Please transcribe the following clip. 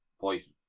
voice